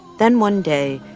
then one day,